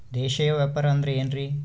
ದೇಶೇಯ ವ್ಯಾಪಾರ ಅಂದ್ರೆ ಏನ್ರಿ?